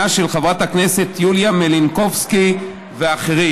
ואחרת של חברת הכנסת יוליה מלינובסקי ואחרים.